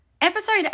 Episode